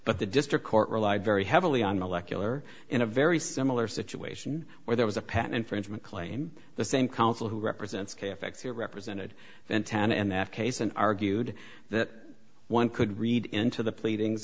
but the district court relied very heavily on molecular in a very similar situation where there was a patent infringement claim the same counsel who represents chaotic that represented intent in that case and argued that one could read into the pleading